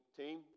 team